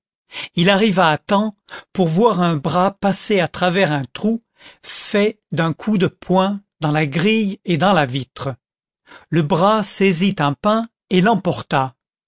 il arriva à temps pour voir un bras passé à travers un trou fait d'un coup de poing dans la grille et dans la vitre le bras saisit un pain et l'emporta